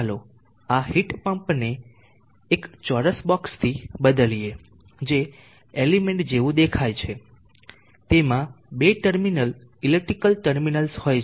ચાલો આ હીટ પમ્પને એક ચોરસ બોક્ષ થી બદલીએ જે એલિમેન્ટ જેવું દેખાય છે તેમાં બે ટર્મિનલ ઇલેક્ટ્રિકલ ટર્મિનલ્સ હોય છે